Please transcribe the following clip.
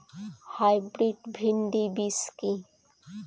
Hybrid ভীন্ডি বীজ কি?